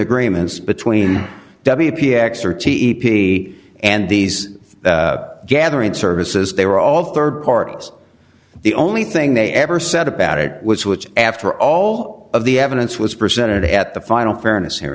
agreements between w p a xor t e p and these gathering services they were all rd parties the only thing they ever said about it was which after all of the evidence was presented at the final fairness here